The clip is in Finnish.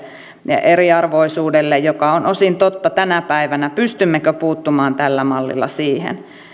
eriarvoisuudelle joka on osin totta tänä päivänä pystymmekö puuttumaan tällä mallilla siihen